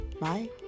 bye